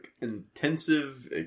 intensive